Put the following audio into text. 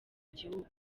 gihugu